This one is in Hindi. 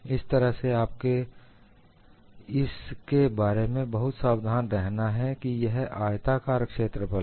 इस तरह से आपको इसके बारे में बहुत सावधान रहना है कि यह आयताकार क्षेत्रफल है